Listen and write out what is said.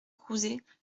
crouzet